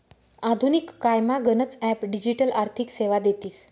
आधुनिक कायमा गनच ॲप डिजिटल आर्थिक सेवा देतीस